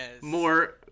more